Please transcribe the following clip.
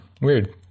weird